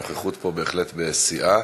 הנוכחות פה בהחלט בשיאה.